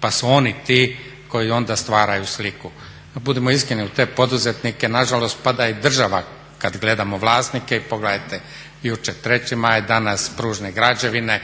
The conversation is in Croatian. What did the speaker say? pa su oni ti koji onda stvaraju sliku. Budimo iskreni jel na te poduzetnike nažalost pada i država kad gledamo vlasnike, i pogledajte jučer Treći maj, danas pružne građevina.